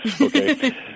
Okay